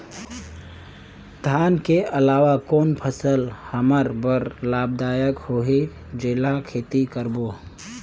धान के अलावा कौन फसल हमर बर लाभदायक होही जेला खेती करबो?